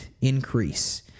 increase